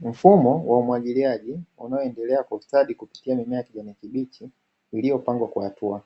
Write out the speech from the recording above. Mfumo wa umwagiliaji Ufisadi kupitia mimea ya kijani kibichi Uliopangwa kwa hatua